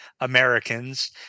americans